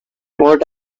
what